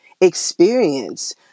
experience